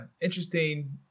Interesting